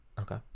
okay